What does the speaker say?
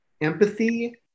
empathy